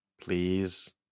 please